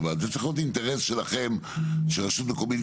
צריך להיות אינטרס שלכם שרשות מקומית,